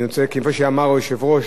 כפי שאמר היושב-ראש,